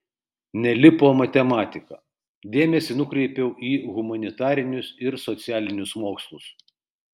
nelipo matematika dėmesį nukreipiau į humanitarinius ir socialinius mokslus